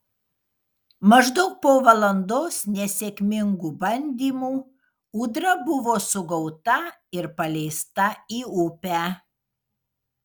maždaug po valandos nesėkmingų bandymų ūdra buvo sugauta ir paleista į upę